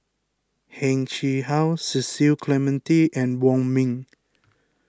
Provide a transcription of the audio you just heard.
Heng Chee How Cecil Clementi and Wong Ming